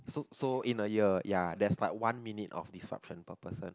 so so in a year ya there's like one minute of disruption per person